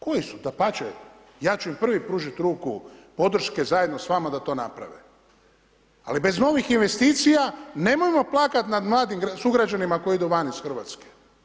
Koji su, dapače, ja ću im prvi pružiti ruku podrške zajedno s vama da to naprave, ali bez novih investicija, nemojmo plakati nad mladim sugrađanima koji idu van iz Hrvatske.